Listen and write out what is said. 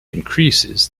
increases